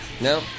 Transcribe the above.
No